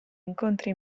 incontri